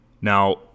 Now